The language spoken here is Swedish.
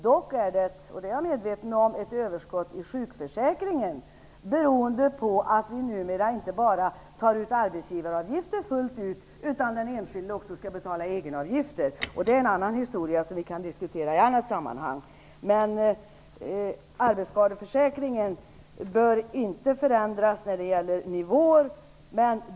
Dock är det, och det är jag medveten om, ett överskott i sjukförsäkringen beroende på att vi numera inte bara tar ut arbetsgivaravgifter fullt ut, utan den enskilde skall också betala egenavgifter. Det är en annan historia, som vi kan diskutera i annat sammanhang. Men nivåerna i arbetsskadeförsäkringen bör inte förändras.